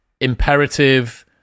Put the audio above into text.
imperative –